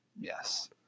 yes